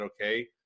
okay